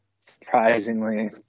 surprisingly